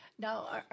Now